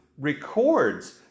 records